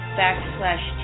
backslash